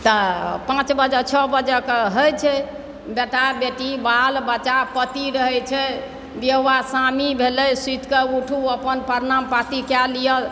तऽ पाँच बजे छओ बजेके होइत छै बेटा बेटी बाल बच्चा पति रहैत छै ब्यहुआ स्वामी भेलै सुति कऽ उठू अपन प्रणाम पाति कए लिअ